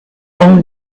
own